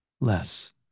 less